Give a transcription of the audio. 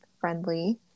friendly